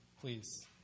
please